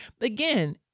again